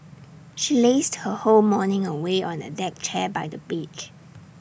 she lazed her whole morning away on A deck chair by the beach